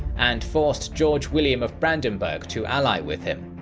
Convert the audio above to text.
and forced george william of brandenburg to ally with him.